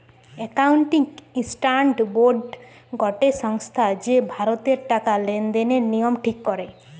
accounting standard board গটে সংস্থা যে ভারতের টাকা লেনদেনের নিয়ম ঠিক করে